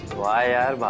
why are